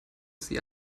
sie